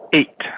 Eight